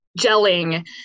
gelling